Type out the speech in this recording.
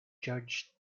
judged